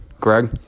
Greg